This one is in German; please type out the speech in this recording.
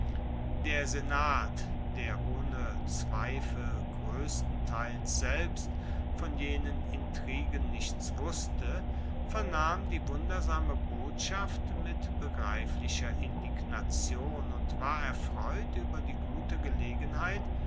der senat der ohne zweifel groesstenteils selbst von jenen intrigen nichts wusste vernahm die wundersame botschaft mit begreiflicher indignation und war erfreut ueber die gute gelegenheit